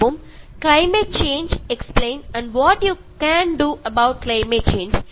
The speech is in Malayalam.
അതായത് ക്ലൈമറ്റ് ചേഞ്ച് എക്സ്പ്ലൈൻഡും what you can do about climate ചേഞ്ചും